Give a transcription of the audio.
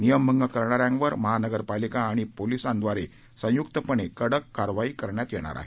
नियमभंग करणाऱयांवर महानगरपालिका आणि पोलीस यांच्याद्वारे संयुक्तपणे कडक कारवाई करण्यात येईल